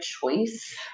choice